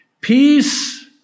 peace